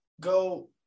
go